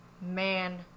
Man